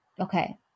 Okay